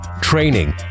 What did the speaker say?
training